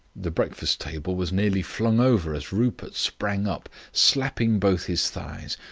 the breakfast table was nearly flung over as rupert sprang up, slapping both his thighs.